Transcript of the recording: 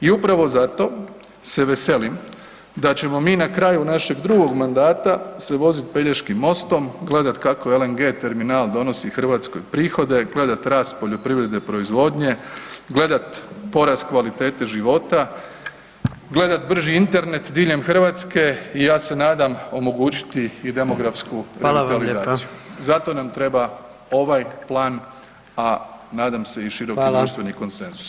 I upravo zato se veselim da ćemo mi na kraju našeg drugog mandata se vozit Pelješkim mostom, gledat kako LNG terminal donosi Hrvatskoj prihode, gledat rast poljoprivredne proizvodnje, gledat porast kvalitete života, gledat brži Internet diljem Hrvatske i ja se nadam omogućiti i demografsku revitalizaciju [[Upadica predsjednik: Hvala vam lijepa.]] zato nam treba ovaj plan, a nadam se i široki društveni konsenzus.